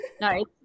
no